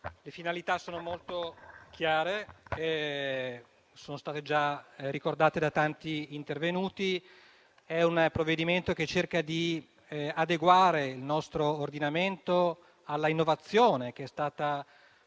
cui finalità sono molto chiare e sono già state ricordate da tanti intervenuti. Si tratta di un provvedimento che cerca di adeguare il nostro ordinamento all'innovazione che è stata fatta